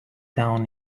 down